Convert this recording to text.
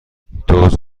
دزد